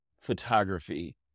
photography